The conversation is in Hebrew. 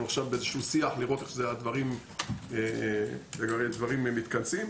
אנחנו עכשיו באיזשהו שיח לראות איך הדברים מתכנסים.